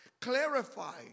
clarify